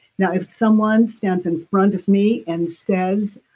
now, if someone stands in front of me and says,